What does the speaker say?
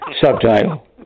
Subtitle